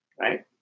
right